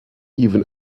even